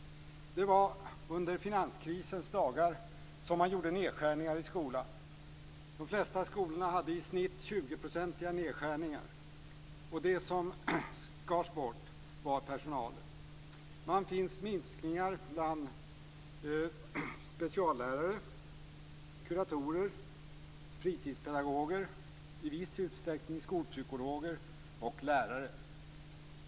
Det var under finanskrisens dagar som man gjorde nedskärningar i skolan. De flesta skolor hade i snitt 20-procentiga nedskärningar, och det som skars bort var personalen. Man fick minskningar bland speciallärare, kuratorer, fritidspedagoger, i viss utsträckning skolpsykologer, och lärare.